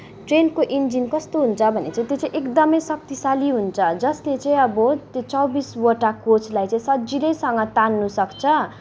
ट्रेनको इन्जिन कस्तो हुन्छ भने चाहिँ त्यो चाहिँ एकदमै शक्तिशाली हुन्छ जसले चाहिँ अब त्यो चौबिसवटा कोचलाई चाहिँ सजिलैसँग तान्नसक्छ